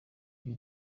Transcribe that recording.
uyu